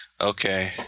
okay